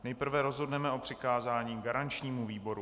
Nejprve rozhodneme o přikázání garančnímu výboru.